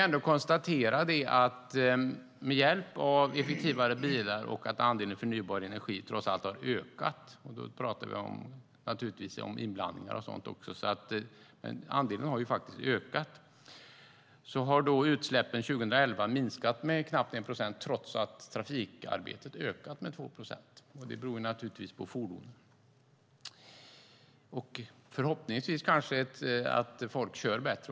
Med hjälp av effektivare bilar och att andelen förnybar energi trots allt har ökat, även inblandningar, har utsläppen 2011 minskat med knappt 1 procent trots att trafikarbetet ökat med 2 procent. Det beror naturligtvis på fordonen och förhoppningsvis att folk kör bättre.